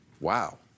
Wow